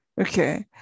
Okay